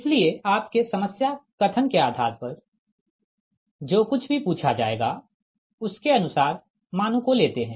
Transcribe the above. इसलिए आपके समस्या कथन के आधार पर जो कुछ भी पूछा जाएगा उसके अनुसार मानों को लेते है